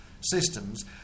systems